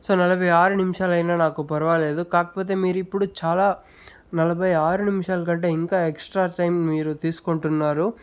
so నలభై ఆరు నిమిషాలు అయిన నాకు పర్వాలేదు కాకపోతే మీరు ఇప్పుడు చాలా నలభై ఆరు నిమిషాల కంటే ఇంకా ఎక్స్ట్రా టైం మీరు తీసుకుంటున్నారు